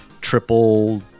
triple